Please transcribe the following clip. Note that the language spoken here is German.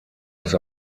was